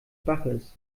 baches